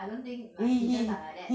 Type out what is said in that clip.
I don't think my teachers are like that